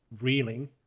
reeling